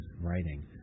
writing